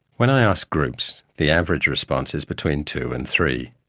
when i ask groups, the average response is between two and three.